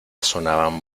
sonaban